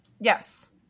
Yes